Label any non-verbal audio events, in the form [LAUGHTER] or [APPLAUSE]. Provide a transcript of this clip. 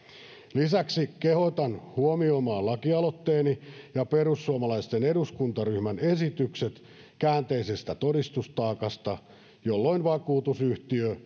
lisäksi kehotan huomioimaan lakialoitteeni ja perussuomalaisten eduskuntaryhmän esitykset käänteisestä todistustaakasta jolloin vakuutusyhtiö [UNINTELLIGIBLE]